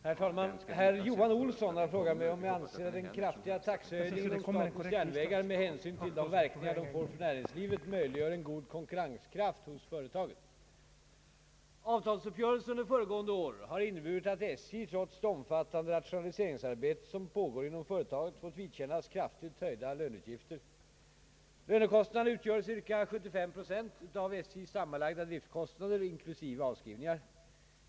Herr talman! Herr Johan Olsson har frågat mig om jag anser att den kraftiga taxehöjningen inom statens järnvägar, med hänsyn till de verkningar den får för näringslivet, möjliggör en god konkurrenskraft hos företaget. Avtalsuppgörelsen under föregående år har inneburit att SJ trots det omfattande rationaliseringsarbete som pågår inom företaget fått vidkännas kraftigt höjda löneutgifter. Lönekostnader na utgör ca 75 Jo av SJ:s sammanlagda driftkostnader inklusive avskrivningar.